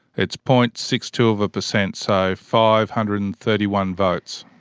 it's point six two of a percent so five hundred and thirty one votes.